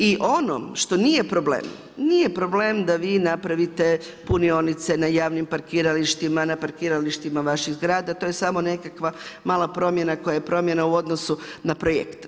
I ono što nije problem, nije problem da vi napravite, punionice, na javnim parkiralištima, na parkiralištima vaših zgrada, to je samo nekakva malo promjena koja je promjena u odnosu na projekt.